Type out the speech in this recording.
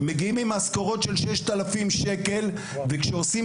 מגיעים עם משכורות של 6,000 שקל וכשעושים